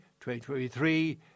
2023